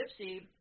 gypsy